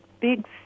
big